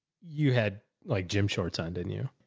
you had like gym shorts on didn't you?